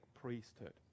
priesthood